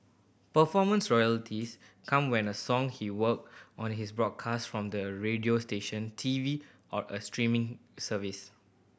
performance royalties come when a song he worked on is broadcast from the radio station T V or a streaming service